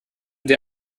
dir